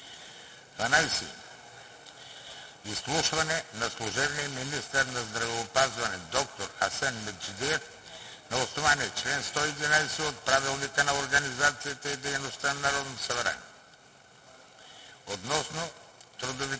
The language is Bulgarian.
12. Изслушване на служебния министър на здравеопазването Асен Меджидиев на основание чл. 111 от Правилника за организацията и